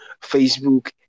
facebook